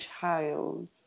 child